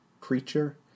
creature